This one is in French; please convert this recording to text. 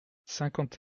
cinquante